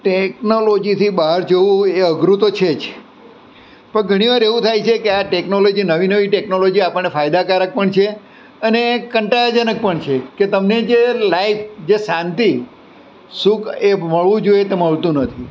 ટેક્નોલોજીથી બહાર જવું એ અઘરું તો છે જ પણ ઘણી વાર એવું થાય છે કે આ ટેકનોલોજી નવી નવી ટેકનોલોજી આપણને ફાયદાકારક પણ છે અને કંટાળાજનક પણ છે કે તમને જે લાઇક જે શાંતિ સુખ એ મળવું જોઈએ તે મળતું નથી